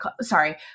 sorry